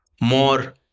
more